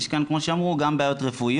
ויש כאן כמו שאמרו גם בעיות רפואיות,